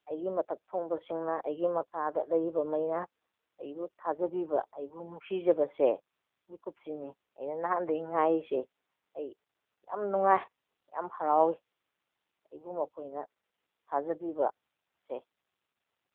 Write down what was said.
ꯑꯩꯒꯤ ꯃꯊꯛ ꯊꯣꯡꯕꯁꯤꯡꯅ ꯑꯩꯒꯤ ꯃꯈꯥꯗ ꯂꯩꯔꯤꯕꯈꯩꯅ ꯑꯩꯕꯨ ꯊꯥꯖꯕꯤꯕ ꯑꯩꯕꯨ ꯅꯨꯡꯁꯤꯖꯕꯁꯦ ꯃꯤꯀꯨꯞꯁꯤꯅꯤ ꯑꯩꯅ ꯅꯍꯥꯟꯗꯩ ꯉꯥꯏꯔꯤꯁꯦ ꯑꯩ ꯌꯥꯝ ꯅꯨꯡꯉꯥꯏ ꯌꯥꯝ ꯍꯔꯥꯎꯏ ꯑꯩꯕꯨ ꯃꯈꯣꯏꯅ ꯊꯥꯖꯕꯤꯕꯁꯦ